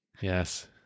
Yes